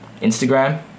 Instagram